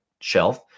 shelf